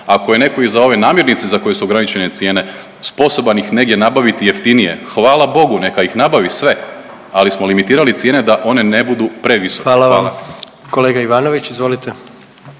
Ako je netko i za ove namirnice za koje su ograničene cijene sposoban ih negdje nabaviti jeftinije hvala bogu neka ih nabavi sve, ali smo limitirali cijene da one ne budu previsoke. Hvala. **Jandroković, Gordan